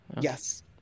Yes